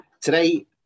Today